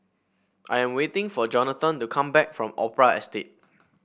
I am waiting for Johnathan to come back from Opera Estate